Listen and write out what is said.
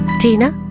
tina,